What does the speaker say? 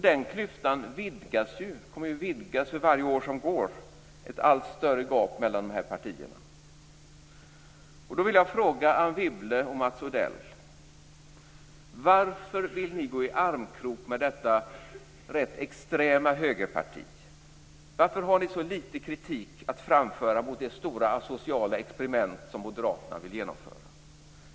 Den klyftan kommer att vidgas för varje år som går. Det blir ett allt större gap mellan partierna. Varför vill ni gå i armkrok med detta rätt extrema högerparti? Varför har ni så litet kritik att framföra mot det stora asociala experiment som Moderaterna vill genomföra?